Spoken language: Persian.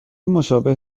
مشابه